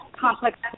complex